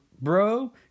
bro